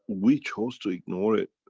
we chose to ignore it.